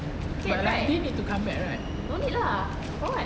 good right don't need lah for what